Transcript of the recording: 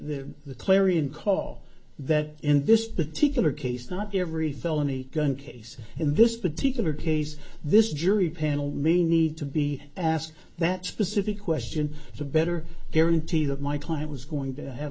clarion call that in this particular case not every felony gun case in this particular case this jury panel may need to be asked that specific question to better guarantee that my client was going to have